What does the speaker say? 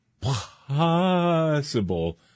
possible